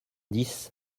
dix